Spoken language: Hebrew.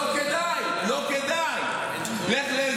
לא כדאי, לא כדאי.